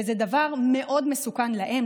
וזה דבר מאוד מסוכן להם,